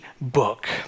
book